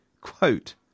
quote